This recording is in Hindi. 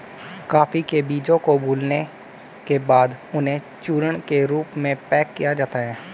कॉफी के बीजों को भूलने के बाद उन्हें चूर्ण के रूप में पैक किया जाता है